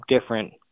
different